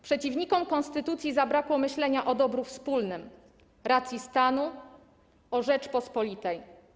Przeciwnikom konstytucji zabrakło myślenia o dobru wspólnym, racji stanu, o Rzeczypospolitej.